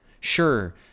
Sure